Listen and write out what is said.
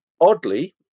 Oddly